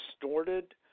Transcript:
distorted